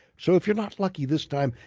so if you're not lucky this time,